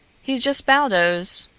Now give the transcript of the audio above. he's just baldos,